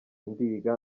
ndiga